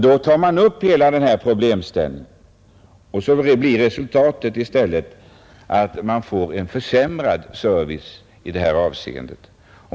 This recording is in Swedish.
Då tar man upp hela denna problemställning, och så blir resultatet i stället en försämrad service i detta avseende.